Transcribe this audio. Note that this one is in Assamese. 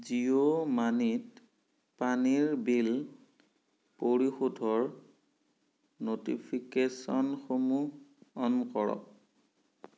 জিঅ' মানিত পানীৰ বিল পৰিশোধৰ ন'টিফিকেশ্যনসমূহ অন কৰক